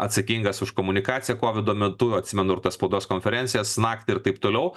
atsakingas už komunikaciją kovido metu atsimenu ir tas spaudos konferencijas naktį ir taip toliau